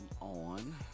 on